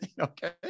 okay